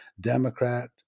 democrat